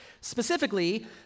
Specifically